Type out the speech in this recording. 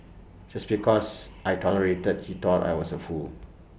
just because I tolerated he thought I was A fool